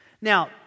Now